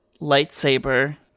lightsaber